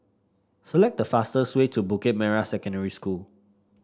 select the fastest way to Bukit Merah Secondary School